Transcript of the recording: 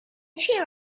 cheer